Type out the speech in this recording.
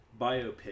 biopic